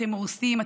אתם הורסים,